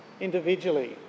individually